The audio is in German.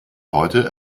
heute